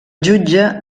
jutge